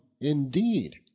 indeed